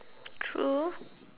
true